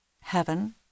heaven